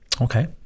Okay